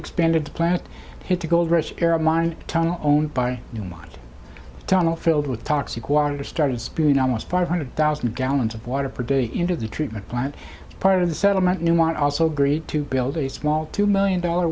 expanded to plan it hit the gold rush era mind tunnel owned by newmont tunnel filled with toxic water started spewing almost five hundred thousand gallons of water per day into the treatment plant part of the settlement you want also agreed to build a small two million dollar